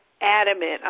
adamant